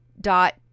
dot